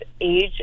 age